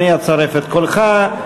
אני אצרף את קולך.